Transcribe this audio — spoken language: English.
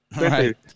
Right